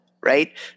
right